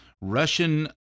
Russian